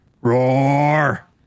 Roar